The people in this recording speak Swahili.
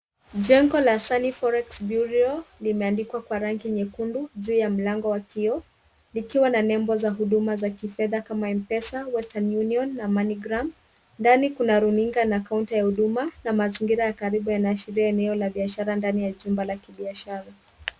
Jengo la Sunny Forex Bureau limeandikwa kwa rangi nyekundu juu ya mlango wa kioo, likiwa na nembo za huduma za kifedha kama, M-Pesa, Western Union na Moneygram. Ndani kuna runinga na kaunta ya huduma na mazingira ya karibu yanaashiria eneo la biashara ndani ya jumba la kibiashara.